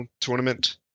tournament